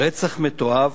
רצח מתועב,